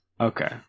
Okay